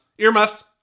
Earmuffs